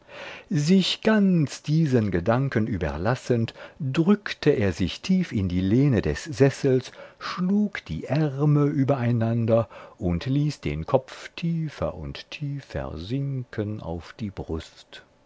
sich ganz diesen gedanken überlassend drückte er sich tief in die lehne des sessels schlug die ärme übereinander und ließ den kopf tiefer und tiefer sinken auf die brust